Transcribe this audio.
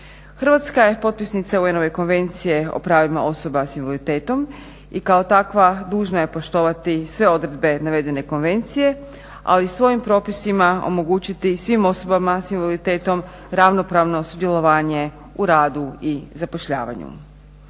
Hrvatska je potpisnica UN-ove Konvencije o pravima osoba s invaliditetom i kao takva dužna je poštovati sve odredbe navedene konvencije, ali svojim propisima omogućiti svim osobama s invaliditetom ravnopravno sudjelovanje u radu i zapošljavanju.